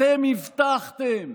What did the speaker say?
אתם הבטחתם,